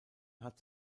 hat